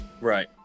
Right